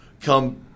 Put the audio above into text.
come